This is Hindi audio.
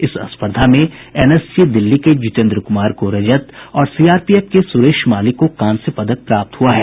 इस स्पर्धा में एनएसजी दिल्ली के जितेन्द्र कुमार को रजत और सीआरपीएफ के सुरेश माली को कांस्य पदक प्राप्त हुआ है